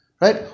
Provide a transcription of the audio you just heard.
Right